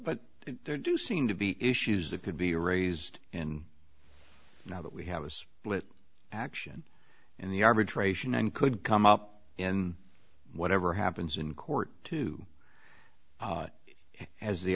but there do seem to be issues that could be raised and now that we have those action in the average ration and could come up in whatever happens in court to as the